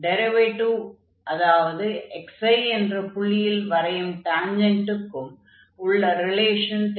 derivative அதாவது xi என்ற புள்ளியில் வரையும் டான்ஜென்டுக்கும் உள்ள ரிலேஷன் தெரியும்